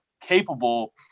capable